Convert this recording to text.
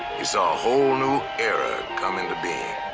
he saw a whole new era come into being.